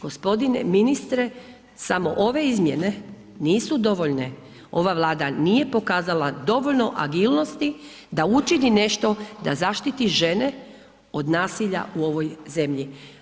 G. ministre samo ove izmjene nisu dovoljne, ova Vlada nije pokazala dovoljno agilnosti da učini nešto da zaštiti žene od nasilja u ovoj zemlji.